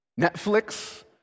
Netflix